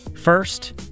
First